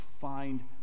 find